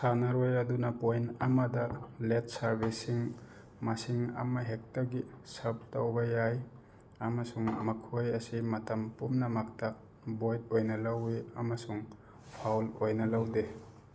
ꯁꯥꯟꯅꯔꯣꯏ ꯑꯗꯨꯅ ꯄꯣꯏꯟ ꯑꯃꯗ ꯂꯦꯠ ꯁꯥꯔꯚꯤꯁꯤꯡ ꯃꯁꯤꯡ ꯑꯃ ꯍꯦꯛꯇꯒꯤ ꯁꯔꯞ ꯇꯧꯕ ꯌꯥꯏ ꯑꯃꯁꯨꯡ ꯃꯈꯣꯏ ꯑꯁꯦ ꯃꯇꯝ ꯄꯨꯝꯅꯃꯛꯇ ꯕꯣꯏꯠ ꯑꯣꯏꯅ ꯂꯧꯋꯤ ꯑꯃꯁꯨꯡ ꯐꯥꯎꯜ ꯑꯣꯏꯅ ꯂꯧꯗꯦ